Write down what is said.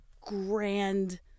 grand